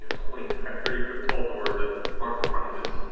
ah twenty five, thirty foot tall doors that mark the front of this.